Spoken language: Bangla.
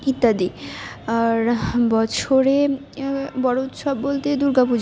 ইত্যাদি আর বছরে বড়ো উৎসব বলতে দুর্গা পুজো